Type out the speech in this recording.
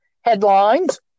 headlines